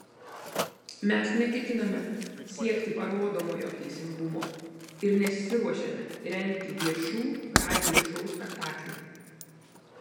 mes neketiname siekti parodomojo teisingumo ir nesiruošiame rengti viešų radijo šou spektaklių